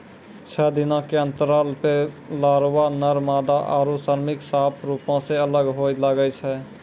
छः दिनो के अंतराल पे लारवा, नर मादा आरु श्रमिक साफ रुपो से अलग होए लगै छै